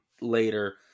later